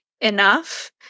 enough